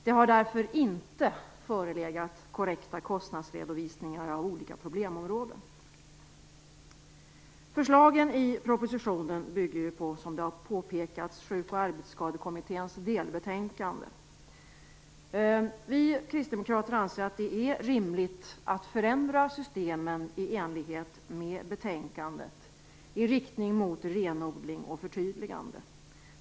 Det har därför inte förelegat korrekta kostnadsredovisningar av olika problemområden. Förslagen i propositionen bygger, som här har påpekats, på Sjuk och arbetskadekommitténs delbetänkande. Vi kristdemokrater anser att det är rimligt att i enlighet med betänkandet förändra systemen i riktning mot renodling och förtydligande.